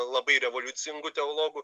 labai revoliucingų teologų